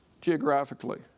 Geographically